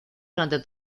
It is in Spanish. durante